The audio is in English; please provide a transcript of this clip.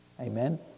Amen